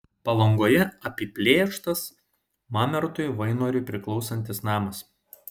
palangoje apiplėštas mamertui vainoriui priklausantis namas